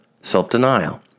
self-denial